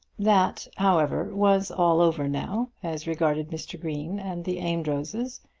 that, however, was all over now as regarded mr. green and the amedrozes,